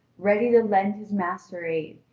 ready to lend his master aid,